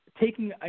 taking